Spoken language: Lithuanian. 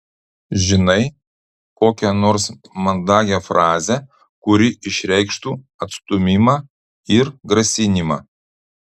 žinai kokią nors mandagią frazę kuri išreikštų atstūmimą ir grasinimą